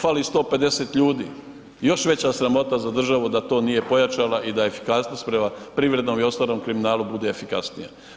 Fali 1501 ljudi, još veća sramota za državu da to nije pojačala i da efikasnost prema privrednom i ostalom kriminalu bude efikasnija.